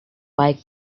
pike